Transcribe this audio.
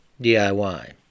DIY